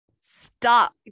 Stop